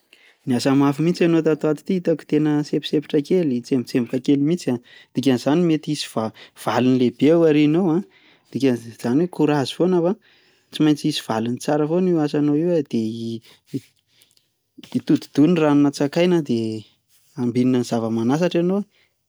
Niasa mafy mihintsy enao tato ato ity, hitako tena sempotsempotra kely, tsembotsemboka kely mihintsy an, dikany izany mety hisy va- valiny lehibe ao aoriana ao an, dika- izany hoe korazy foana fa tsy maintsy hisy valiny tsara foana io asanao io e, de hitodidoha ny rano nantsakaina dia ho ambinina amin'ny zava-manasatra ianao e!